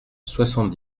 soixante